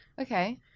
Okay